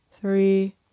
three